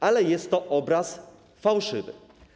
Ale jest to obraz fałszywy.